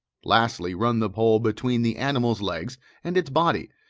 lastly run the pole between the animal's legs and its body,